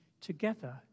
together